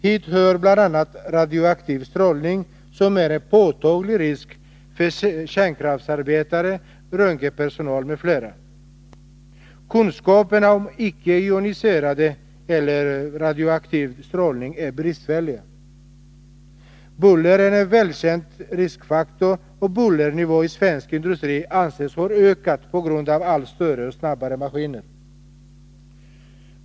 Hit hör bl.a. radioaktiv strålning, som är en påtaglig risk för kärnkraftsarbetare, röntgenpersonal m.fl. Kunskaperna om icke-joniserande eller icke-radioaktiv strålning är bristfälliga. Buller är en välkänd riskfaktor, och bullernivån i svensk industri anses ha ökat på grund av allt större och snabbare maskiner.